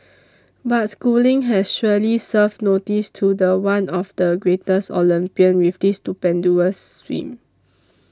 but Schooling has surely served notice to the one of the greatest Olympian with this stupendous swim